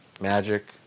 magic